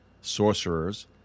sorcerers